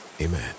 amen